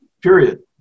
Period